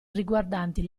riguardanti